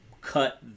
cut